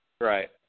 Right